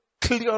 clear